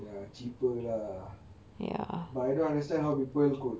ya cheaper lah ya but I don't understand how people could